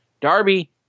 Darby